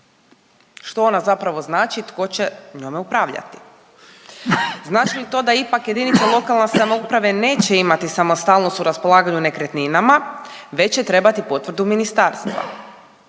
što ona zapravo znači i tko će njome upravljati. Znači li to da ipak jedinica lokalne samouprave neće imati samostalnost u raspolaganju nekretninama već će trebati potvrdu ministarstva.